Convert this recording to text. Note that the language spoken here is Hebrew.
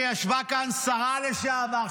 שישבה כאן שרה לשעבר,